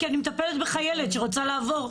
כי אני מטפלת בחיילת שרוצה לעבור,